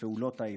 בפעולות האיבה?